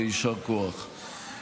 ישר כוח.